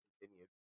continued